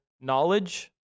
knowledge